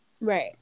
right